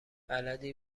بلدی